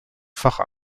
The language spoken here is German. fach